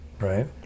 right